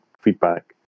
feedback